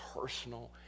personal